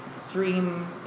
extreme